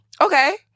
Okay